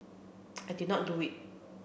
I did not do it